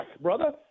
brother